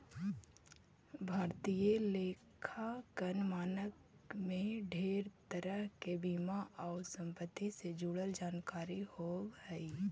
भारतीय लेखांकन मानक में ढेर तरह के बीमा आउ संपत्ति से जुड़ल जानकारी होब हई